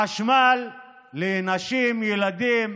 חשמל לנשים, ילדים,